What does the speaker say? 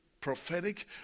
prophetic